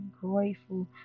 grateful